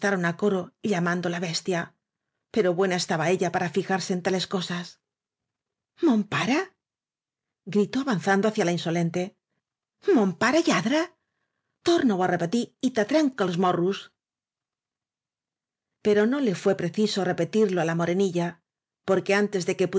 á coro llamándola bestia pero buena estaba ella para fijarse en tales cosas mon paro gritó avanzando hacia la insolente o mon pare lladre tornan á repe tir y te tronque els morros pero no le fué preciso repetirlo á la more porque antes de que